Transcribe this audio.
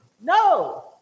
No